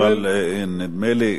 אבל נדמה לי,